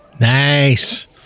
Nice